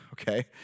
okay